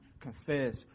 confess